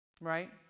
right